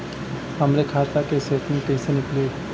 हमरे खाता के स्टेटमेंट कइसे निकली?